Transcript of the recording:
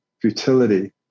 futility